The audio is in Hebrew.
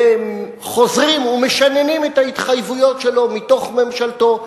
וחוזרים ומשננים את ההתחייבויות שלו מתוך ממשלתו,